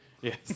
Yes